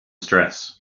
stress